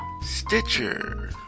Stitcher